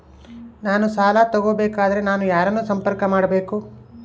ನಾನು ಸಾಲ ತಗೋಬೇಕಾದರೆ ನಾನು ಯಾರನ್ನು ಸಂಪರ್ಕ ಮಾಡಬೇಕು?